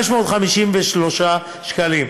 553 שקלים.